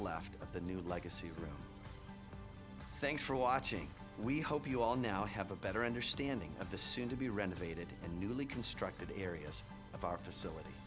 left of the new legacy room thanks for watching we hope you all now have a better understanding of the soon to be renovated and newly constructed areas of our facility